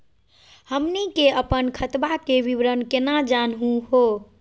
हमनी के अपन खतवा के विवरण केना जानहु हो?